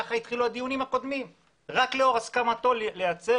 ולכן